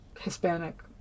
Hispanic